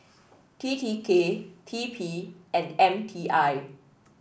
T T K T P and M T I